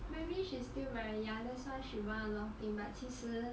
maybe she's still very young that's why she want a lot of thing but 其实